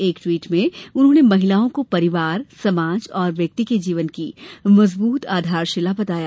एक ट्वीट में उन्होंने महिलाओं को परिवार समाज और व्यक्ति के जीवन की मजबूत आधारशिला बताया